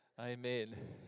Amen